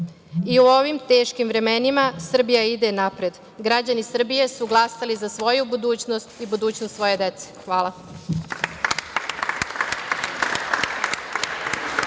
I u ovim teškim vremenima Srbija ide napred. Građani Srbije su glasali za svoju budućnost i budućnost svoje dece. Hvala.